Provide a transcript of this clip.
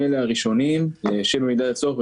הם אלה הראשונים שבמידת הצורך,